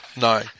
No